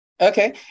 Okay